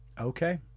Okay